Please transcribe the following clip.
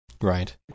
Right